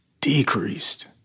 decreased